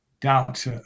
doubt